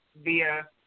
via